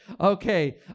okay